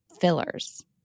fillers